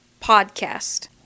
podcast